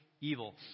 evil